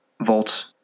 Volts